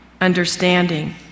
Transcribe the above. understanding